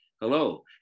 hello